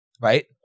Right